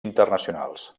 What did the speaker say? internacionals